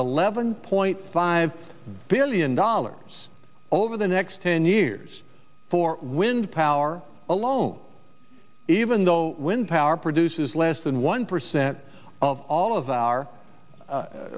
eleven point five billion dollars over the next ten years for wind power are alone even though wind power produces less than one percent of all of our